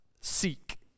seek